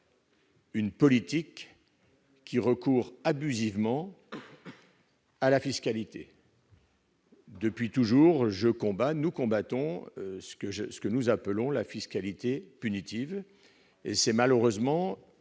la politique écologique recoure abusivement à la fiscalité. Depuis toujours, nous combattons ce que nous appelons la fiscalité punitive. Or c'est malheureusement